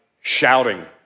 shouting